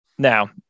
Now